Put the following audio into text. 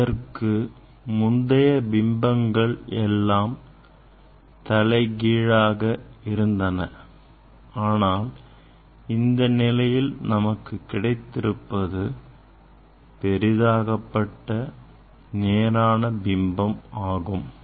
இதற்கு முந்தைய பிம்பங்கள் எல்லாம் தலைகீழாக இருந்தன ஆனால் இந்த நிலையில் நமக்கு கிடைத்திருப்பது பெரிதாக்கப்பட்ட நேரான பிம்பம் ஆகும்